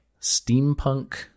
steampunk